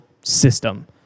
system